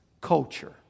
culture